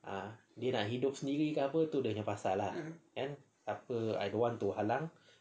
dia nak hidup sendiri tu dia punya pasal lah kan I don't want to halang